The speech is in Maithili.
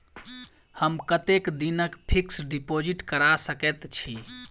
हम कतेक दिनक फिक्स्ड डिपोजिट करा सकैत छी?